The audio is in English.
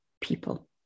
people